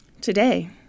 today